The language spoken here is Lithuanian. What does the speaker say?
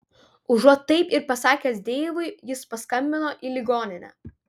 užuot taip ir pasakęs deivui jis paskambino į ligoninę